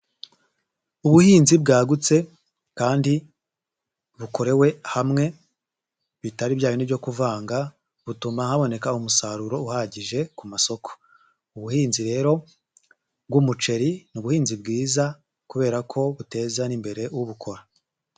Ubuhinzi bwagutse kandi bukorewe hamwe, bitari byabindi byo kuvanga, butuma haboneka umusaruro uhagije ku masoko. Ubuhinzi rero bw'umuceri, ni buhinzi bwiza kubera ko buteza n'imbere ubukora.